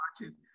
watching